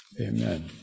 amen